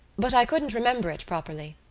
but i couldn't remember it properly.